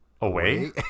away